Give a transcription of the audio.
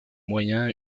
moyens